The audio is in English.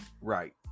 Right